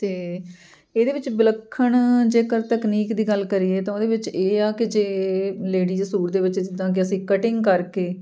ਅਤੇ ਇਹਦੇ ਵਿੱਚ ਵਿਲੱਖਣ ਜੇਕਰ ਤਕਨੀਕ ਦੀ ਗੱਲ ਕਰੀਏ ਤਾਂ ਉਹਦੇ ਵਿੱਚ ਇਹ ਆ ਕਿ ਜੇ ਲੇਡੀਜ ਸੂਟ ਦੇ ਵਿੱਚ ਜਿੱਦਾਂ ਕਿ ਅਸੀਂ ਕਟਿੰਗ ਕਰਕੇ